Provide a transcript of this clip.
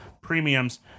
premiums